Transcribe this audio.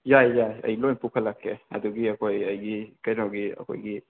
ꯌꯥꯏ ꯌꯥꯏ ꯑꯩ ꯂꯣꯏ ꯄꯨꯈꯠꯂꯛꯀꯦ ꯑꯗꯒꯤ ꯑꯩꯈꯣꯏ ꯑꯩꯒꯤ ꯀꯩꯅꯣꯒꯤ ꯑꯩꯈꯣꯏꯒꯤ